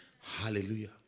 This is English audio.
Hallelujah